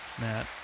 Matt